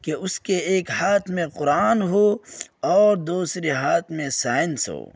کہ اس کے ایک ہاتھ میں قرآن ہو اور دوسرے ہاتھ میں سائنس ہو